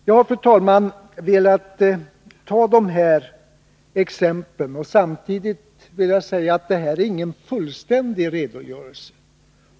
Jag har, fru talman, velat anföra de här exemplen, samtidigt som jag vill säga att det inte är fråga om någon fullständig redogörelse.